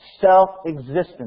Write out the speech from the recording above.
Self-existence